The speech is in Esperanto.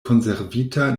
konservita